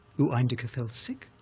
u eindaka fell sick,